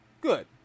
Good